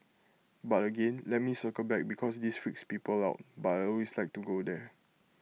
but again let me circle back because this freaks people out but I always like to go there